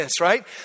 right